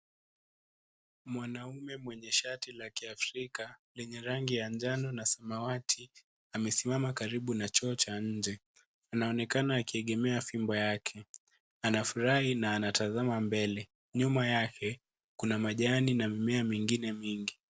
Mwanaume mwenye shati la kiafrika lenye rangi ya njano na samawati amesimama karibu na choo cha nje anaonekana akiegemea fimbo yake anafurahi na anatazama mbele. Nyuma yake kuna majani na mimea mingine mingi.